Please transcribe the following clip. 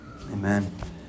amen